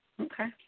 Okay